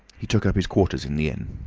he took up his quarters in the inn.